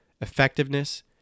effectiveness